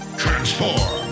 transform